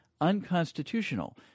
unconstitutional